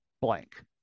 blank